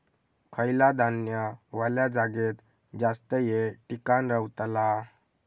खयला धान्य वल्या जागेत जास्त येळ टिकान रवतला?